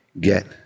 get